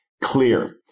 clear